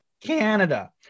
Canada